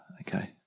Okay